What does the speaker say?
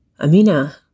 Amina